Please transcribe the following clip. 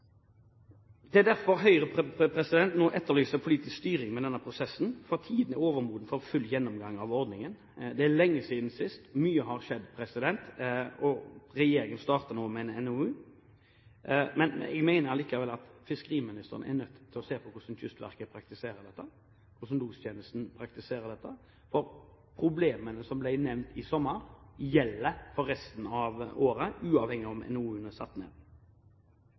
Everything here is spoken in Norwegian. Det er derfor Høyre nå etterlyser politisk styring med denne prosessen, for tiden er overmoden for full gjennomgang av ordningen. Det er lenge siden sist, og mye har skjedd. Regjeringen starter nå med en NOU. Jeg mener likevel at fiskeriministeren er nødt til å se på hvordan Kystverket praktiserer dette, og hvordan lostjenesten praktiserer dette, for problemene som ble nevnt i sommer, gjelder for resten av året, uavhengig av om utvalget for NOU-en er satt ned.